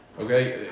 Okay